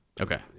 Okay